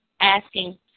asking